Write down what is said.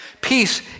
Peace